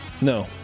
No